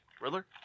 Riddler